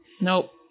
Nope